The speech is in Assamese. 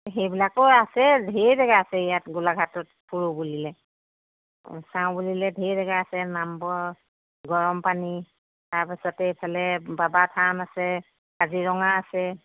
সেইবিলাকো আছে ঢেৰ জেগা আছে ইয়াত গোলাঘাটত ফুৰোঁ বুলিলে চাও বুলিলে ঢেৰ জেগা আছে নামবৰ গৰম পানী তাৰপাছতে ইফালে বাবা থান আছে কাজিৰঙা আছে